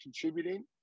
contributing